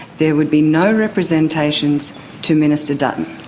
there would be no representations to minister dutton,